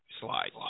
slide